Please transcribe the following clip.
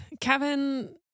Kevin